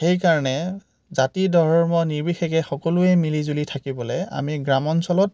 সেইকাৰণে জাতি ধৰ্ম নিৰ্বিশেষে সকলোৱেই মিলিজুলি থাকিবলৈ আমি গ্ৰাম্যঞ্চলত